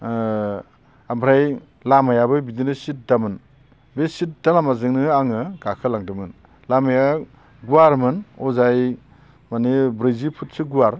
ओ ओमफ्राय लामायाबो बिदिनो सिददामोन बे सिददा लामाजोंनो आङो गाखोलांदोंमोन लामाया गुवारमोन अजाय माने ब्रैजि फुटसो गुवार